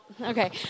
okay